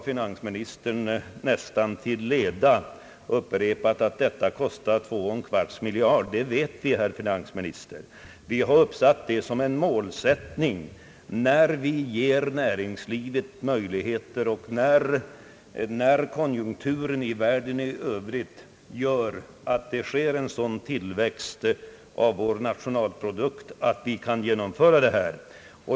Finansministern har nästan till leda upprepat att detta skulle kosta 21/4 miljarder kronor. Det vet vi, herr finansminister. Vi har uppsatt detta belopp som ett mål, när konjunkturen i världen i övrigt gör att det sker en sådan tillväxt av vår nationalprodukt att vi kan genomföra det.